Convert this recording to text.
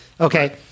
okay